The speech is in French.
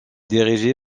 dirigé